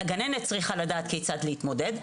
הגננת צריכה לדעת כיצד להתמודד,